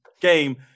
game